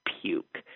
puke